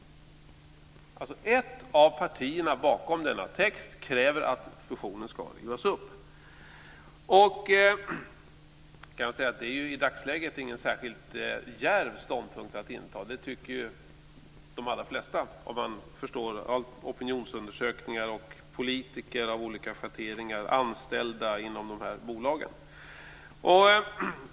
Ett av partierna bakom denna text kräver att fusionen ska rivas upp. Det är inte någon särskilt djärv ståndpunkt att inta i dagsläget. Det tycker de allra flesta i opinionsundersökningar, bland politiker av olika schatteringar och bland anställda i de här bolagen.